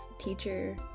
teacher